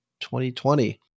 2020